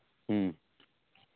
ᱦᱮᱸ